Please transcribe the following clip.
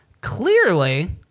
Clearly